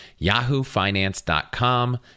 yahoofinance.com